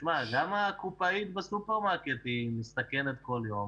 גם הקופאית בסופרמרקט, היא מסתכנת כל יום